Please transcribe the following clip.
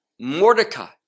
Mordecai